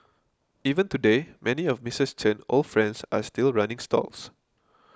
even today many of Missus Chen old friends are still running stalls